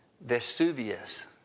Vesuvius